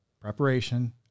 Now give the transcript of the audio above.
preparation